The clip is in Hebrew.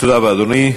תודה רבה, אדוני.